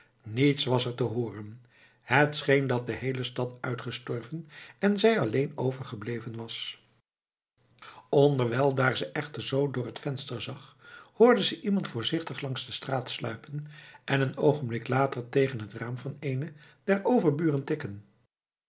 niets was er te hooren het scheen dat de heele stad uitgestorven en zij alleen overgebleven was onderwijl ze daar echter zoo door het venster zag hoorde ze iemand voorzichtig langs de straat sluipen en een oogenblik later tegen het raam van eenen der overburen tikken